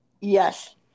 Yes